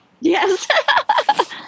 Yes